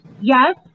yes